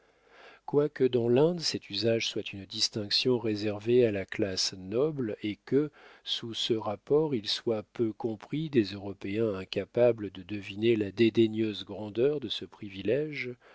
quoique dans l'inde cet usage soit une distinction réservée à la classe noble et que sous ce rapport il soit peu compris des européens incapables de deviner la dédaigneuse grandeur de ce privilége